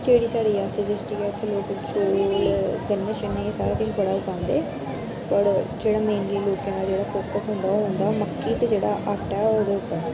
जेह्ड़ी साढ़ी रियासी डिस्टिक इत्थैं लोक चौल गन्ने शन्ने सारा किश बड़ा उगांदे होर जेह्ड़ा मेनली लोकें दा फोकस होंदा ओह् होंदा मक्की दा जेह्ड़ा आटा ऐ ओह्दे उप्पर